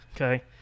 okay